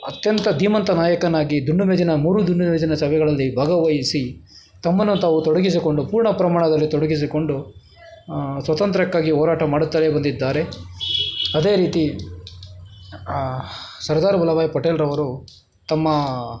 ಅತ್ಯಂತ ಧೀಮಂತ ನಾಯಕನಾಗಿ ದುಂಡು ಮೇಜಿನ ಮೂರು ದುಂಡು ಮೇಜಿನ ಸಭೆಗಳಲ್ಲಿ ಭಾಗವಹಿಸಿ ತಮ್ಮನ್ನು ತಾವು ತೊಡಗಿಸಿಕೊಂಡು ಪೂರ್ಣ ಪ್ರಮಾಣದಲ್ಲಿ ತೊಡಗಿಸಿಕೊಂಡು ಸ್ವಾತಂತ್ರ್ಯಕ್ಕಾಗಿ ಹೋರಾಟ ಮಾಡುತ್ತಲೇ ಬಂದಿದ್ದಾರೆ ಅದೇ ರೀತಿ ಸರ್ದಾರ್ ವಲ್ಲಭಬಾಯಿ ಪಟೇಲ್ರವರು ತಮ್ಮ